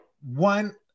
one